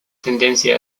tendencia